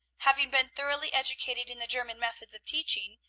having been thoroughly educated in the german methods of teaching,